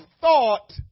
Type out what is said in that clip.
thought